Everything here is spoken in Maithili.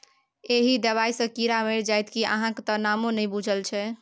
एहि दबाई सँ कीड़ा मरि जाइत कि अहाँक त नामो नहि बुझल छै